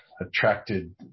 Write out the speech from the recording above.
attracted